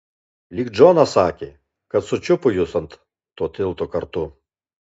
lyg džonas sakė kad sučiupo jus ant to tilto kartu